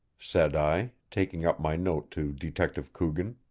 said i, taking up my note to detective coogan.